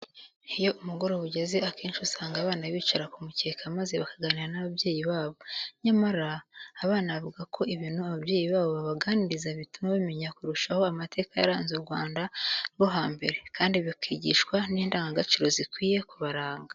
Iyo umugoroba ugeze akenshi usanga abana bicara ku mukeka maze bakaganira n'ababyeyi babo. Nyamara, aba bana bavuga ko ibintu ababyeyi babo babaganiriza bituma bamenya kurushaho amateka yaranze u Rwanda rwo hambere kandi bakigishwa n'indangagaciro zikwiye kubaranga.